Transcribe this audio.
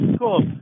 cool